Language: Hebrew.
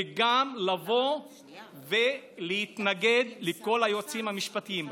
וגם לבוא ולהתנגד לכל היועצים המשפטיים.